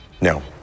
No